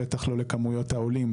בטח לא לכמויות העולים,